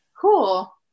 Cool